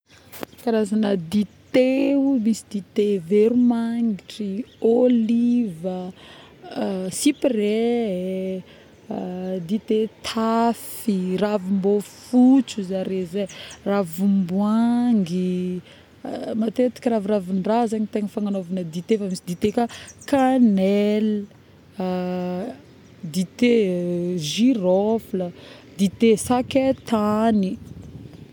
Karazagna dité ,misy dité veromagnitry, ôliva, siprè, dité tafy, ravim- bofotsy ozy zaré zay, ravim- boahangy, matetiky raviravin- draha zagny tegna fagnagnovana dité fa misy dité ka cannelle dité girofle, dité sakaitagny